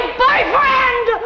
boyfriend